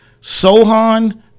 Sohan